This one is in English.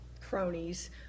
cronies